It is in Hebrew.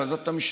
לוועדת המשנה.